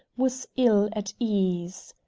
was ill at ease.